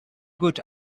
good